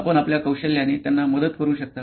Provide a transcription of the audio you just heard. आपण आपल्या कौशल्याने त्यांना मदत करू शकता